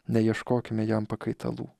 neieškokime jam pakaitalų